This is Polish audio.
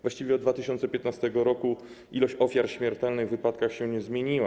Właściwie od 2015 r. liczba ofiar śmiertelnych w wypadkach się nie zmieniła.